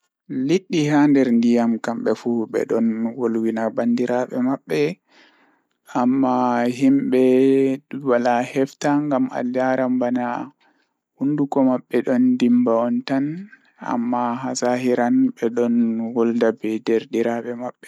Liɗɗi haa nder ndiyam kamɓe fuu ɓe ɗon wolwiina bandiraɓe maɓɓe ammaa himɓee duwala hefta ngam addaaran banna hundukoo maɓɓe dhan dimbaa on tan ammaa haa zaahiin ɓe don wolda be derɗirabe maɓɓee.